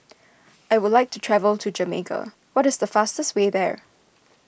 I would like to travel to Jamaica what is the fastest way there